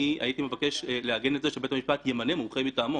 בית המשפט ימנה מומחה מטעמו.